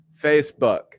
Facebook